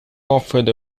offered